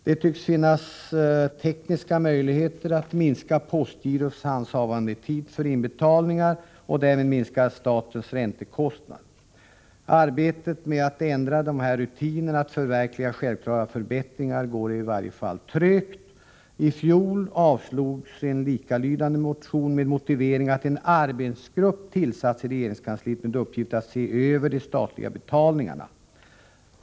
Det tycks finnas tekniska möjligheter att minska postgirots handhavandetid för inbetalningar och därmed minska statens räntekostnader. Arbetet med att ändra rutinerna och att förverkliga självklara förbättringar går trögt. I fjol avslogs en likalydande motion med motivering att en arbetsgrupp tillsatts i regeringskansliet med uppgift att se över de statliga betalningarna.